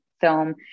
film